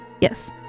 Yes